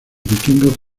vikingos